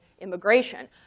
immigration